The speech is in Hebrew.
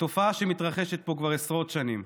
לתופעה שמתרחשת פה כבר עשרות שנים: